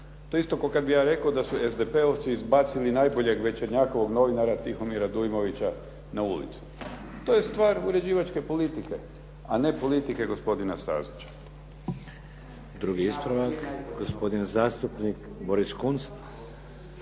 je isto ko kada bih ja rekao da su SDP-ovci izbacili najboljeg Večernjakovog novinara Tihomira Dujmovića na ulicu. To je stvar uređivačke politike a ne politike gospodina Stazića. **Šeks, Vladimir (HDZ)** Drugi ispravak, gospodin zastupnik Boris Kunst.